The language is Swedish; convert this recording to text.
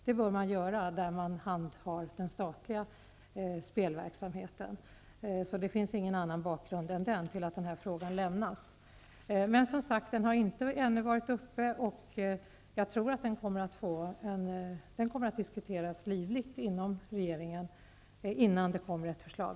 Det bör man göra där man handhar den statliga spelverksamheten. Det finns ingen annan bakgrund än den, till att den här frågan lämnas över dit. Frågan har inte varit uppe ännu. Jag tror att den kommer att diskuteras livligt inom regeringen innan det kommer ett förslag.